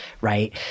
right